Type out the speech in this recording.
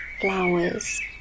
flowers